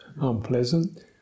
unpleasant